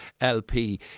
LP